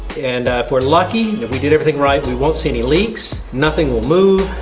and if we're lucky that we did everything right, we won't see any leaks, nothing will move.